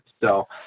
So-